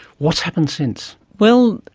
what has happened since? well,